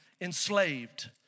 enslaved